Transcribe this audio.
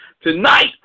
Tonight